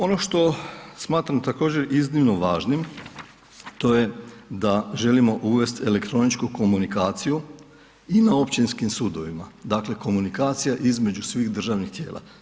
Ono što smatram također iznimno važnim, to je da želimo uvesti elektroničku komunikaciju i na općinskim sudovima, dakle komunikacija između svih državnih tijela.